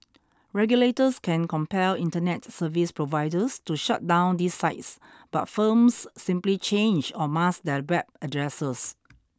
regulators can compel internet service providers to shut down these sites but firms simply change or mask their web addresses